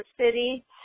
city